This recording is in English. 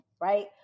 right